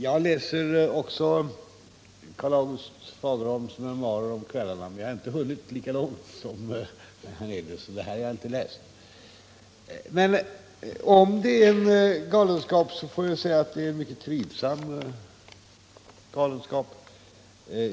Jag läser också Karl-August Fagerholms memoarer om kvällarna, men jag har inte hunnit lika långt som herr Hernelius. Det refererade avsnittet har jag inte läst. Men om det är fråga om en galenskap, får jag säga att det är en mycket trivsam galenskap.